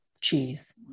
cheese